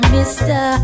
Mister